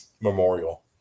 memorial